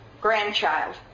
grandchild